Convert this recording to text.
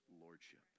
lordship